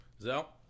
Zell